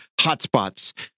hotspots